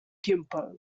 gimpo